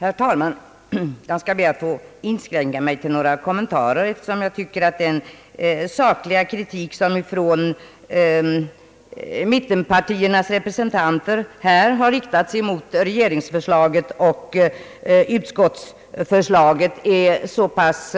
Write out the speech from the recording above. Herr talman! Jag skall be att få inskränka mig till några kommentarer, eftersom jag tycker att den sakliga kritik som mittenpartiernas representanter har riktat mot regeringsförslaget och utskottsförslaget är så pass